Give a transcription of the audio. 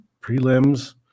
prelims